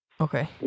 Okay